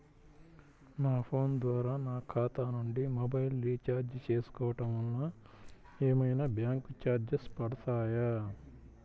నా ఫోన్ ద్వారా నా ఖాతా నుండి మొబైల్ రీఛార్జ్ చేసుకోవటం వలన ఏమైనా బ్యాంకు చార్జెస్ పడతాయా?